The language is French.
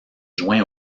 joint